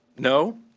no?